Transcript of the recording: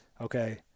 Okay